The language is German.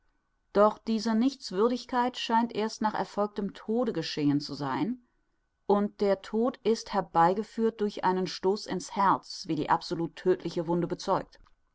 doch diese nichtswürdigkeit scheint erst nach erfolgtem tode geschehen zu sein und der tod ist herbeigeführt durch einen stoß in's herz wie die absolut tödtliche wunde bezeugt